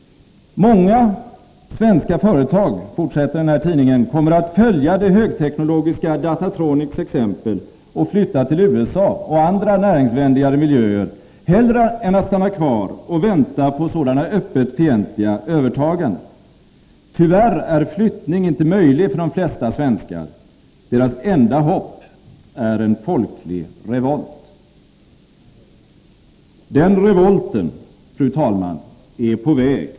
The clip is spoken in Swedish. ——— Många svenska företag kommer att följa det högteknologiska Datatronics exempel och flytta till USA och andra näringsvänligare miljöer hellre än att stanna kvar och vänta på sådana öppet fientliga övertaganden. Tyvärr är flyttning inte möjlig för de flesta svenskar. Deras enda hopp är en folklig revolt.” Den revolten, fru talman, är på väg.